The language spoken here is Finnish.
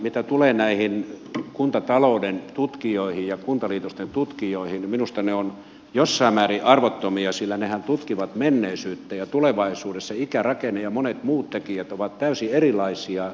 mitä tulee näihin kuntatalouden tutkijoihin ja kuntaliitosten tutkijoihin niin minusta ne ovat jossain määrin arvottomia sillä nehän tutkivat menneisyyttä ja tulevaisuudessa ikärakenne ja monet muut tekijät ovat täysin erilaisia